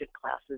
classes